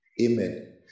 Amen